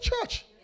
church